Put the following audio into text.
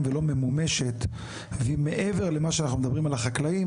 ולא ממומשת והיא מעבר למה שאנחנו מדברים על החקלאים,